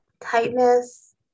Tightness